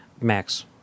Max